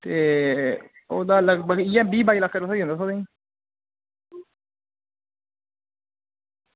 ते ओह्दा लगभग इ'यै बीह् बाई लक्ख रपेआ थ्होई जंदा तुसेंगी